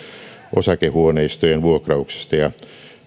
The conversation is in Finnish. osakehuoneistojen vuokrauksesta ja